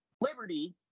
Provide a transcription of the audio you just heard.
Liberty